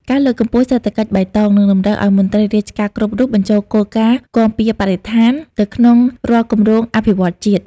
ការលើកកម្ពស់ "សេដ្ឋកិច្ចបៃតង" នឹងតម្រូវឱ្យមន្ត្រីរាជការគ្រប់រូបបញ្ចូលគោលការណ៍គាំពារបរិស្ថានទៅក្នុងរាល់គម្រោងអភិវឌ្ឍន៍ជាតិ។